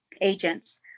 agents